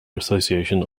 association